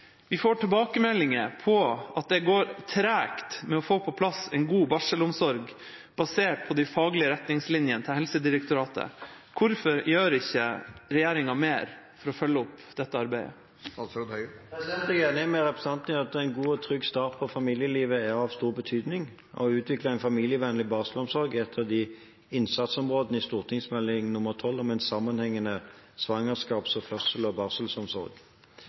Vi får tilbakemelding på at det går tregt med å få på plass en god barselomsorg basert på de faglige retningslinjene til Helsedirektoratet. Hvorfor gjør ikke regjeringen mer for å følge opp dette arbeidet?» Jeg er enig med representanten i at en god og trygg start på familielivet er av stor betydning. Å utvikle en familievennlig barselomsorg er et av innsatsområdene i St.meld. nr. 12 for 2008–2009 Om en sammenhengende svangerskaps-, fødsels- og